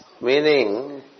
Meaning